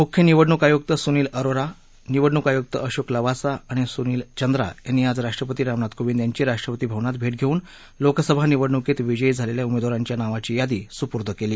मुख्य निवडणूक आयुक्त सुनील अरोरा निवडणूक आयुक्त अशोक लवासा आणि सुनील चंद्रा यांनी आज राष्ट्रपती रामनाथ कोविंद यांची राष्ट्रपती भवनात भेट घेऊन लोकसभा निवडणुकीत विजयी झालेल्या उमेदवारांच्या नावाची यादी सुपूर्द केली